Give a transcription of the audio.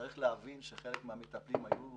צריך להבין שחלק מהמטפלים היו בבית,